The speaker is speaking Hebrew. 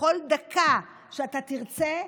בכל דקה שאתה תרצה,